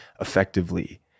effectively